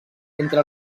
entre